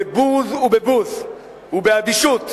בבוז ובבוז ובאדישות.